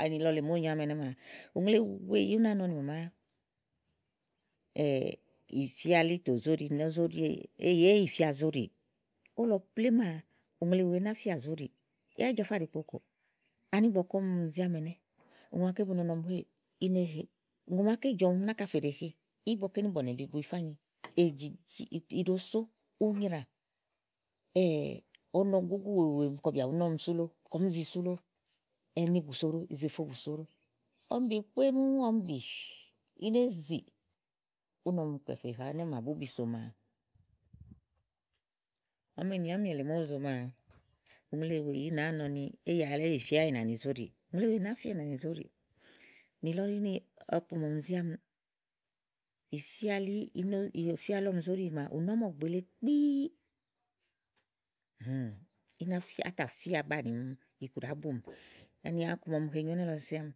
Ani ènì màa lèe ówo nyo ámi ɛnɛ́ maa, ùŋle wèe yìi ù náa nɔ ɛnɛ́ ni ì fía elí tò zóɖi éyi éè fíà zóɖiì. ówo lɔ plémú maa ùŋle wèe náfíà zóɖìi. yá Ájafá ɖìigbo kò. ani ígbɔké ɔmi zi ámi ɛnɛ́ ùŋò màaké bu nɔ ni ɔmi héè ínè he ùŋò màaké jɔ̀ɔmi náka úni ɔmi fè ɖèe he ígbɔké níì bɔ̀nɛ̀bi bu yifá ányi èjìjì iɖosó, únyrà ɔnɔ gúgú wèe wèe kɔ bìà bu nɔ̀mi úni sú lóó kɔɔ̀m zi sú lóó. ɛ̀ni bù soɖo ìzèfo bù soɖo. ɔmi bì kpémú ɔmi bì. íné zì úni ɔmi kɛ̀ úni ɔmi kɛ̀ fè he ɛnɛ̀ ɔmi mà búbì so màa ɔmi ènì àámi èle màa ówo zo maa, ùŋle wèe zàyì ú náa nɔ ni éyi àlɔ éè fía énàani zoɖíì ùŋle wèe na fía énàani zóɖiì nìlɔ ɖíni ɔku màa ɔmi zi ámi ì fía elíɔmi zóɖi màa ù no ámɔ̀gbèlèe kpíí í nà fíà átàfíà àá banìimi iku ɖàá bumì yá ɔku ma ɔmi he nyo ɛnɛ́lɔ síã àámi.